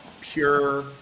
pure